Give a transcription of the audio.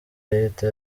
leta